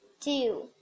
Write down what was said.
Two